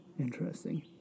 Interesting